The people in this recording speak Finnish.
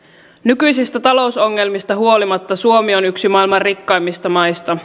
nykyisistä talousongelmista huolimatta suomi on yksi maailman rikkaimmista maista